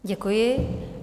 Děkuji.